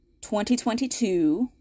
2022